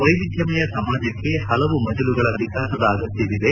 ವೈವಿದ್ಯಮಯ ಸಮಾಜಕ್ಕೆ ಹಲವು ಮಜಲುಗಳ ವಿಕಾಸದ ಅಗತ್ಯವಿದೆ